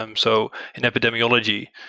um so in epidemiology,